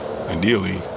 ideally